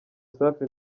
safi